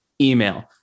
email